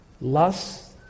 lust